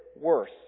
worse